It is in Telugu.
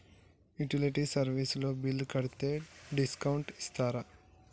యుటిలిటీ సర్వీస్ తో బిల్లు కడితే డిస్కౌంట్ ఇస్తరా?